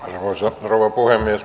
arvoisa rouva puhemies